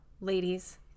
ladies –